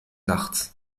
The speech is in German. nachts